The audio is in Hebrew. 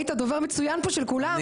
היית פה דובר מצוין של כולם,